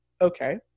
okay